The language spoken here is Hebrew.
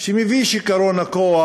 שמביא שיכרון הכוח,